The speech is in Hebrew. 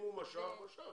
אם הוא משך, הוא משך.